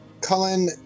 Cullen